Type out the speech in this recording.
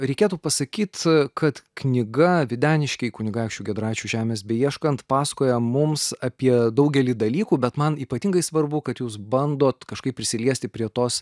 reikėtų pasakyt kad knyga videniškiai kunigaikščių giedraičių žemės beieškant pasakoja mums apie daugelį dalykų bet man ypatingai svarbu kad jūs bandot kažkaip prisiliesti prie tos